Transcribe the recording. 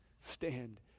stand